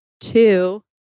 two